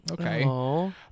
okay